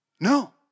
no